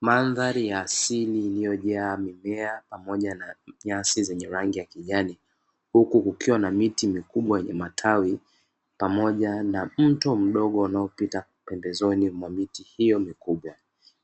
Madhari ya asili iliyojaa mimea pamoja na nyasi zenye rangi ya kijani, huku kukiwa na miti mikubwa yenye matawi, pamoja na mto mdogo unaopita pembezoni mwa miti hiyo mikubwa,